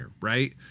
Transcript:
right